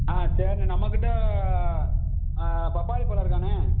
ஆ சரிண்ணே நம்மகிட்டே பப்பாளிப்பழம் இருக்காண்ணே